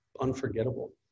unforgettable